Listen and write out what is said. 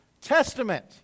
Testament